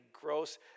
gross